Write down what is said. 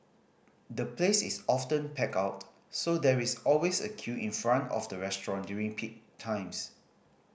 the place is often packed out so there is always a queue in front of the restaurant during peak times